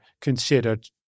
considered